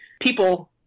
people